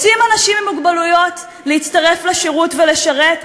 רוצים אנשים עם מוגבלויות להצטרף לשירות ולשרת,